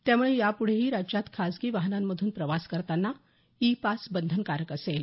त्यामुळे यापुढेही राज्यात खाजगी वाहनांमधून प्रवास करताना ई पास बंधनकारक असेल